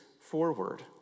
forward